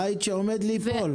בית שעומד ליפול.